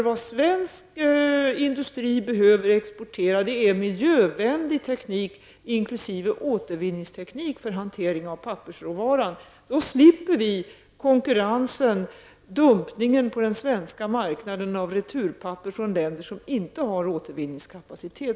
Vad svensk industri behöver exportera nu är miljövänlig teknik, inkl. återvinningsteknik för hantering av pappersråvaran. Då slipper vi något som är ett problem i dag -- konkurrens i form av dumpning på den svenska marknaden av returpapper från länder som inte har återvinningskapacitet.